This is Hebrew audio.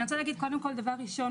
דבר ראשון,